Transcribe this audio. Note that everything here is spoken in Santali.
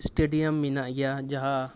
ᱥᱴᱮᱰᱤᱭᱟᱢ ᱢᱮᱱᱟᱜ ᱜᱮᱭᱟ ᱡᱟᱦᱟᱸ